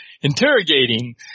interrogating